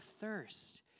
thirst